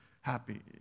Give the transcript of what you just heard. happy